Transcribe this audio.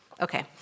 Okay